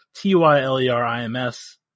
T-Y-L-E-R-I-M-S